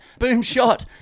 Boomshot